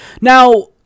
now